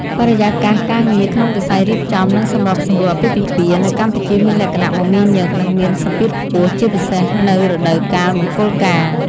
បរិយាកាសការងារក្នុងវិស័យរៀបចំ និងសម្របសម្រួលអាពាហ៍ពិពាហ៍នៅកម្ពុជាមានលក្ខណៈ មមាញឹក និងមានសម្ពាធខ្ពស់ ជាពិសេសនៅរដូវកាលមង្គលការ។